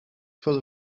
full